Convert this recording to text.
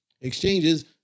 exchanges